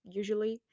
usually